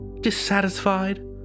dissatisfied